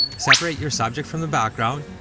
separate your subject from the background,